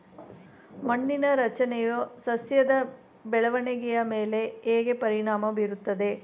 ಮಣ್ಣಿನ ರಚನೆಯು ಸಸ್ಯದ ಬೆಳವಣಿಗೆಯ ಮೇಲೆ ಹೇಗೆ ಪರಿಣಾಮ ಬೀರುತ್ತದೆ?